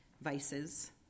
vices